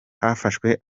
hafashwe